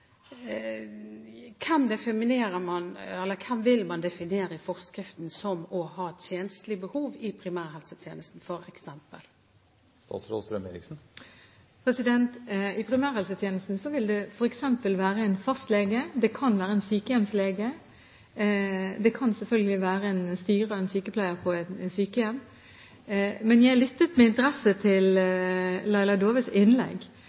kan gis tilgang til nødvendige og relevante helseopplysninger.» Det var omtrent det samme som sto i proposisjonen. Mitt spørsmål er: Hvem vil man definere i forskriften til å ha tjenstlig behov i primærhelsetjenesten, f.eks.? I primærhelsetjenesten vil det f.eks. være en fastlege. Det kan være en sykehjemslege, og det kan selvfølgelig være en styrer og en sykepleier på et sykehjem. Jeg lyttet med interesse til